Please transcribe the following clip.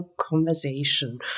conversation